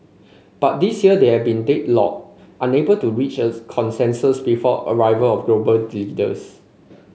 but this year they have been deadlocked unable to reach as consensus before arrival of global leaders